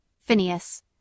Phineas